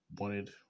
wanted